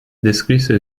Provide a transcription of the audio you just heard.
descrisse